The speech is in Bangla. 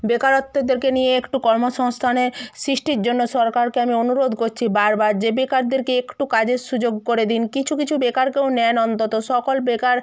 বেকারত্বদেরকে নিয়ে একটু কর্মসংস্থানে সৃষ্টির জন্য সরকারকে আমি অনুরোধ করছি বারবার যে বেকারদেরকে একটু কাজের সুযোগ করে দিন কিছু কিছু বেকারকেও নেন অন্তত সকল বেকার